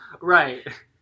right